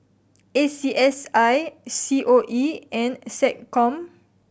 A C S I C O E and SecCom